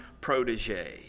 protege